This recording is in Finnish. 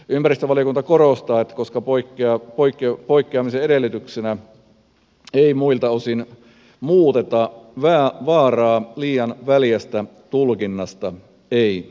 ympäristövaliokunta korostaa että koska poikkeamisen edellytyksiä ei muilta osin muuteta vaaraa liian väljästä tulkinnasta ei ole